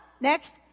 Next